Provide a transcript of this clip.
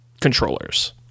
controllers